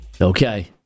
Okay